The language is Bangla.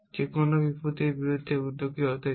যে কেউ বিপত্তির বিরুদ্ধে উদ্যোগী হতে চায়